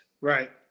Right